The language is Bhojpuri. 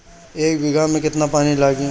एक बिगहा में केतना पानी लागी?